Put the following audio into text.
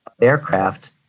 aircraft